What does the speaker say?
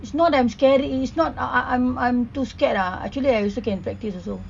it's not I'm scary it's not I I'm I'm too scared ah actually I also can practise also